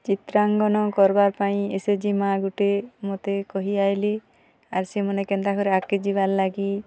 ଚିତ୍ରାଙ୍କନ କରବା ପାଇଁ ଏସ ଏଚ ଜି ମାଆ ଗୋଟେ ମୋତେ କହି ଆଏଲେ ଆର୍ ସେମାନେ କେନ୍ତା କରି ଆଗକେ ଯିବାର୍ ଲାଗି